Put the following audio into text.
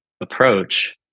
approach